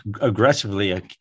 aggressively